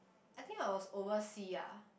I think I was oversea ah